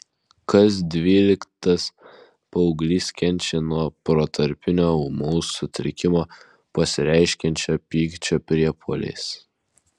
kas dvyliktas paauglys kenčia nuo protarpinio ūmaus sutrikimo pasireiškiančio pykčio priepuoliais